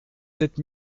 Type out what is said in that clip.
sept